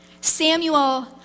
Samuel